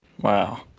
Wow